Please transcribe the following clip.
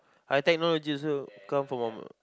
I technology also come from a